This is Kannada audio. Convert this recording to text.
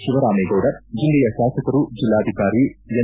ಶಿವರಾಮೇಗೌಡ ಜಿಲ್ಲೆಯ ಶಾಸಕರು ಜೆಲ್ಲಾಧಿಕಾರಿ ಎನ್